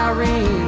Irene